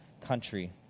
country